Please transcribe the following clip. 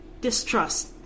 distrust